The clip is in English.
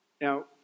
Now